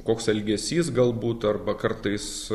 koks elgesys galbūt arba kartais